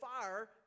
fire